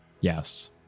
Yes